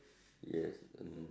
yes mm